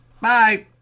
Bye